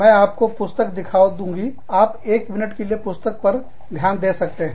मैं आपको पुस्तक दिखा दूँगी आप एक मिनट के लिए पुस्तक पर ध्यान दे सकते हैं